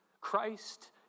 Christ